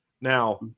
Now